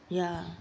ya